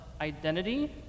identity